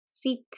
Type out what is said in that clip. seek